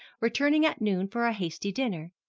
returning at noon for a hasty dinner,